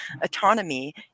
autonomy